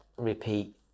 Repeat